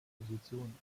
opposition